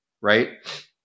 Right